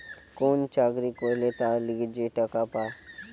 কোন চাকরি করলে তার লিগে যে টাকা পায়